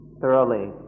thoroughly